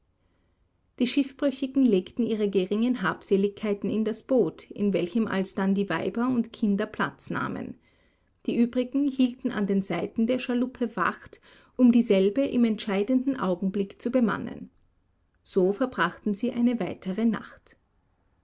die schiffbrüchigen legten ihre geringen habseligkeiten in das boot in welchem alsdann die weiber und kinder platz nahmen die übrigen hielten an den seiten der schaluppe wacht um dieselbe im entscheidenden augenblick zu bemannen so verbrachten sie eine weitere nacht